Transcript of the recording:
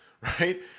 right